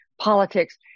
politics